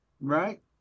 right